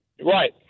Right